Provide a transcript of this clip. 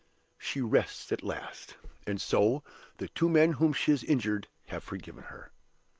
she rests at last and so the two men whom she has injured have forgiven her.